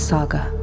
Saga